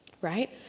right